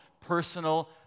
personal